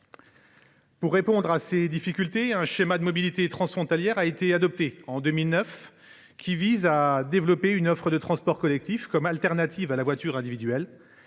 Pour répondre à ces difficultés, un schéma de mobilité transfrontalière a été adopté en 2009. Il vise à développer une offre de transports collectifs comme alternative à la voiture individuelle.